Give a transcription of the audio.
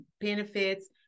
benefits